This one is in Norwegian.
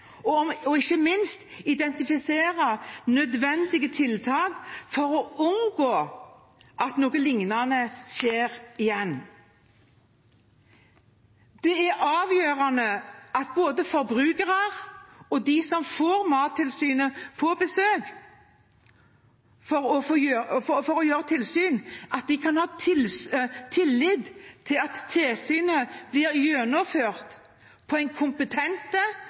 og ikke minst identifisere nødvendige tiltak for å unngå at noe lignende skjer igjen. Det er avgjørende at både forbrukere og de som får Mattilsynet på besøk for å gjøre tilsyn, kan ha tillit til at tilsynet blir gjennomført på en kompetent